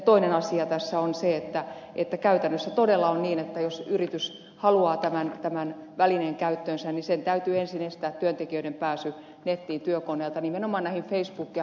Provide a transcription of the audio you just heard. toinen asia tässä on se että käytännössä todella on niin että jos yritys haluaa tämän välineen käyttöönsä niin sen täytyy ensin estää työntekijöiden pääsy nettiin työkoneelta nimenomaan näihin facebookeihin ja muihin